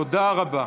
תודה רבה.